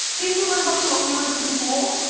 didn't you learn about colonialism in school?